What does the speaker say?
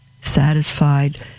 satisfied